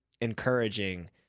encouraging